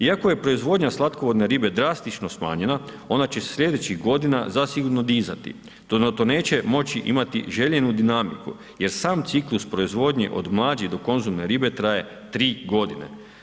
Iako je proizvodnja slatkovodne ribe drastično smanjena ona će se sljedećih godina zasigurno dizati, ... zato neće moći imati željenu dinamiku jer sam ciklus proizvodnje od mlađe do konzumne ribe traje 3 godine.